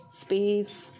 Space